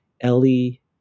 Ellie